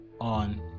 on